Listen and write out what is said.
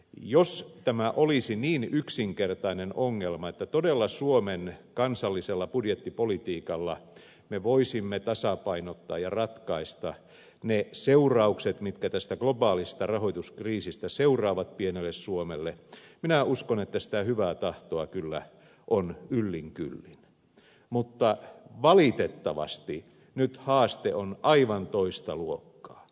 jos tämä olisi niin yksinkertainen ongelma että todella suomen kansallisella budjettipolitiikalla me voisimme tasapainottaa ja ratkaista ne seuraukset mitkä tästä globaalista rahoituskriisistä koituvat pienelle suomelle minä uskon että sitä hyvää tahtoa kyllä on yllin kyllin mutta valitettavasti nyt haaste on aivan toista luokkaa